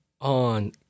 on